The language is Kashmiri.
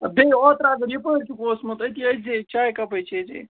اَدٕ بیٚیہِ اوترٕ اگر یَپٲرۍ چھُکھ اوسمُت أتی أژۍ زِہے چایہِ کَپٕے چے زِہے